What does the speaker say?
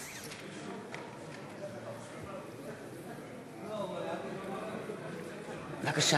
מצביע אבי וורצמן, מצביע יצחק וקנין, אינו נוכח